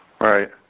Right